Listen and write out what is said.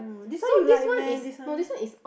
this one you like meh this one